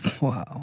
Wow